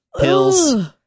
pills